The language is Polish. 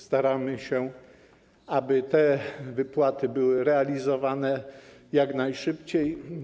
Staramy się, aby te wypłaty były realizowane jak najszybciej.